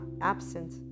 absent